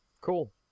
Cool